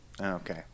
Okay